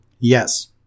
Yes